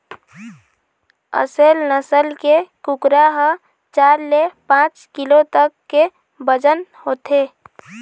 असेल नसल के कुकरा ह चार ले पाँच किलो तक के बजन होथे